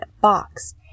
box